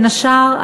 בין השאר,